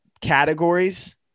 categories